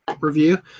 review